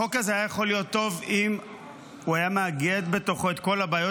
החוק הזה היה יכול להיות טוב אם הוא היה מאגד בתוכו את כל הבעיות